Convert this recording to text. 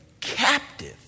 captive